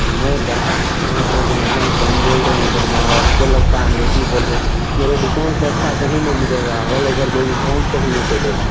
नहीं बढ़ा के कहाँ बोल रहे हैं एक दम कम बोल रहे हैं हम अब आपको लगता है हम बेशी बोल रहें मेरी दुकान से अच्छा कहीं नहीं मिलेगा ऑल ऑवर बेगूसराय में कहीं नहीं कोई देगा